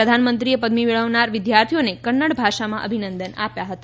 પ્રધાનમંત્રીએ પદવી મેળવનાર વિદ્યાર્થીઓને કન્નડ ભાષામાં અભિનંદન આપ્યા હતા